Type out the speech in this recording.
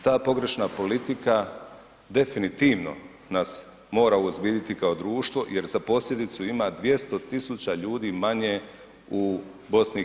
Ta pogrešna politika definitivno nas mora uozbiljiti kao društvo jer za posljedicu ima 200.000 ljudi manje u BiH.